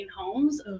homes